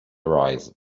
arise